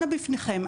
אנא בפניכם,